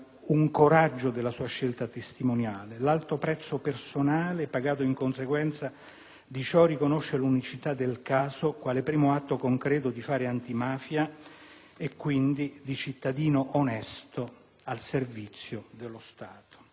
il coraggio della scelta testimoniale e l'alto prezzo personale pagato in conseguenza di ciò riconoscono l'unicità del caso quale primo atto concreto di fare antimafia: il cittadino onesto al servizio dello Stato.